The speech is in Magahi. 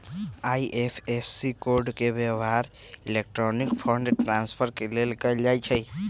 आई.एफ.एस.सी कोड के व्यव्हार इलेक्ट्रॉनिक फंड ट्रांसफर के लेल कएल जाइ छइ